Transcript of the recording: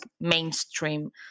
mainstream